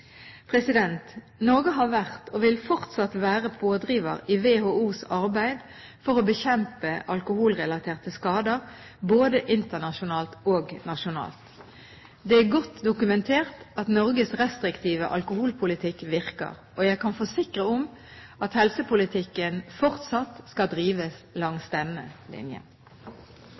Norge har vært, og vil fortsatt være, pådriver i WHOs arbeid for å bekjempe alkoholrelaterte skader, både internasjonalt og nasjonalt. Det er godt dokumentert at Norges restriktive alkoholpolitikk virker. Jeg kan forsikre om at helsepolitikken fortsatt skal drives langs denne linjen.